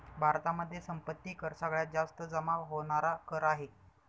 भारतामध्ये संपत्ती कर सगळ्यात जास्त जमा होणार कर आहे